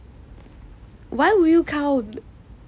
why would you count P_P